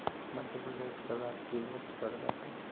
मध्य प्रदेश का राजकीय वृक्ष बरगद है